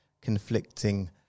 conflicting